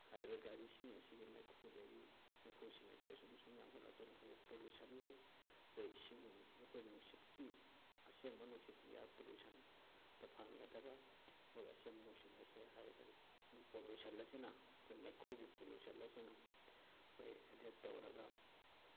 ꯍꯥꯏꯔꯤꯕ ꯒꯥꯔꯤꯁꯤꯡ ꯑꯁꯤꯒꯤ ꯃꯩꯈꯨꯗꯒꯤ ꯃꯩꯈꯨꯁꯤꯡ ꯑꯁꯦ ꯁꯨꯝ ꯁꯨꯝ ꯌꯥꯝꯈꯠꯂꯛꯇꯨꯅ ꯑꯩꯈꯣꯏꯒꯤ ꯄꯣꯂꯨꯁꯟꯒꯤ ꯑꯩꯈꯣꯏ ꯏꯁꯤꯡ ꯑꯩꯈꯣꯏ ꯅꯨꯡꯁꯤꯠꯀꯤ ꯑꯁꯦꯡꯕ ꯅꯨꯡꯁꯤꯠ ꯏꯌꯥꯔ ꯄꯣꯂꯨꯁꯟꯗ ꯐꯪꯒꯗꯕ ꯑꯩꯈꯣꯏꯒꯤ ꯑꯁꯦꯡꯕ ꯅꯨꯡꯁꯤꯠ ꯑꯁꯦ ꯍꯥꯏꯔꯤꯕ ꯄꯣꯂꯨꯁꯟ ꯑꯁꯤꯅ ꯑꯩꯈꯣꯏ ꯃꯩꯈꯨꯒꯤ ꯄꯣꯂꯨꯁꯟ ꯑꯁꯤꯅ ꯑꯩꯈꯣꯏ ꯑꯦꯗꯦꯠ ꯇꯧꯔꯒ